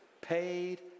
paid